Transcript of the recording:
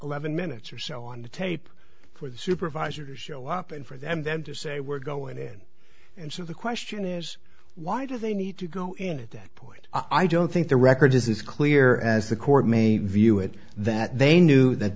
eleven minutes or so on the tape for the supervisors show up and for them them to say we're going in and so the question is why do they need to go and at that point i don't think the record is as clear as the court may view it that they knew that